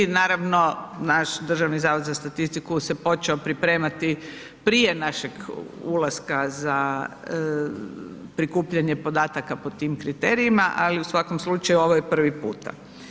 Naravno naš Državni zavod za statistiku se počeo pripremati prije našeg ulaska za prikupljanje podataka po tim kriterijima, ali u svakom slučaju ovo je prvi puta.